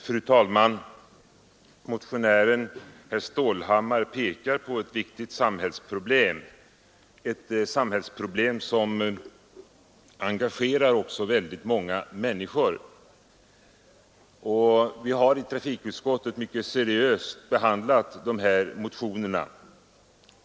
Fru talman! Motionären herr Stålhammar pekar på ett viktigt samhällsproblem — ett samhällsproblem som också engagerar väldigt många människor. Vi har i trafikutskottet mycket seriöst behandlat de väckta motionerna.